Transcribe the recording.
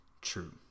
true